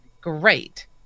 Great